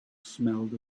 smelled